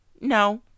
No